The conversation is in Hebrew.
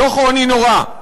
דוח עוני נורא,